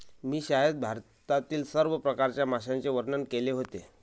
मी शाळेत भारतातील सर्व प्रकारच्या माशांचे वर्णन केले होते